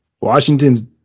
washingtons